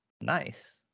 Nice